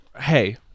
hey